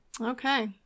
Okay